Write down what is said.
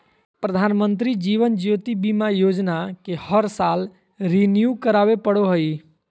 प्रधानमंत्री जीवन ज्योति बीमा योजना के हर साल रिन्यू करावे पड़ो हइ